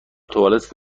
توالت